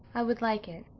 i would like it.